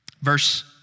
Verse